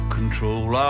control